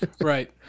Right